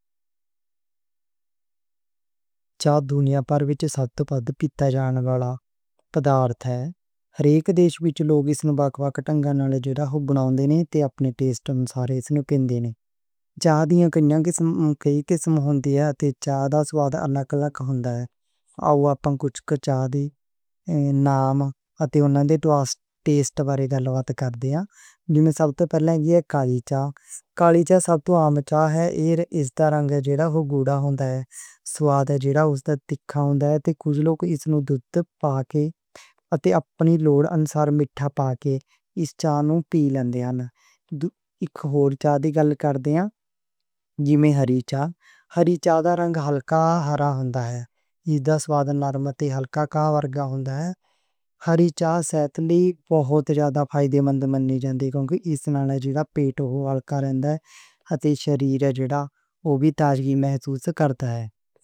چاء دنیا بھر وِچ سب توں وڈّا پِیا جاندا پردارتھ ہے۔ ہر اک دیش وِچ لوک اس نوں وکھ وکھ ڈھنگاں نال جیڑا اوہ بناؤندے نیں تے اپنے ذوق مطابق اس نوں پیندے نیں۔ چاء دیاں کئی طرحاں ہُندیاں نیں اتے چاء دا سواد الگ الگ ہوندا ہے۔ آؤ اپاں چاء دیاں کجھ ناں اتے اونہاں نوں سواد وارے الگ کر دے آں، اِنّے سب توں پہلا، کالی چاء سب توں عام چاء ہے تے ایہہ اس دا رنگ گُڈّا ہوندا ہے تے سواد جیڑا اس دا تھوڑا تیکھا ہوندا ہے جو کجھ لوک ایویں دودھ پا کے تے اپنے لوڑ مطابق میٹھا پا کے چاء نوں پی لیندے نیں۔ اک ہور چاء دی گل کردے آں جیوں ہری چاء، ایہہ چاء ہرّا ہوندا ہے، اس دا رنگ ہلکا ہرّا ہوندا ہے، ہری چاء صحت لئی بہت فائدہ مند منی جاندی اے کیوں جو اس نال جِھڑا پیٹ ہلکا رہندا اے تے شریر جیڑا اوہ وی تازگی محسوس کردا اے۔